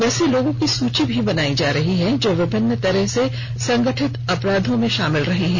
वैसे लोगों की सूची भी बनाई जा रही है जो विभिन्न तरह के संगठित अपराध में शामिल रहे हैं